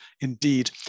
indeed